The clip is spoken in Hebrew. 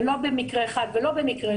ולא במקרה אחד ולא בשני מקרים,